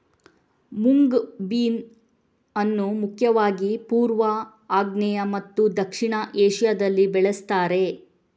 moong bean ಅನ್ನು ಮುಖ್ಯವಾಗಿ ಪೂರ್ವ, ಆಗ್ನೇಯ ಮತ್ತು ದಕ್ಷಿಣ ಏಷ್ಯಾದಲ್ಲಿ ಬೆಳೆಸ್ತಾರೆ